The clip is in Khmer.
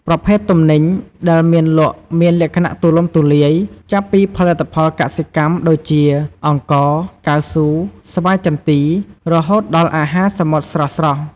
ប្រភេទទំនិញ ដែលមានលក់មានលក្ខណៈទូលំទូលាយ ចាប់ពីផលិតផលកសិកម្មដូចជា អង្ករ កៅស៊ូ ស្វាយចន្ទី រហូតដល់អាហារសមុទ្រស្រស់ៗ។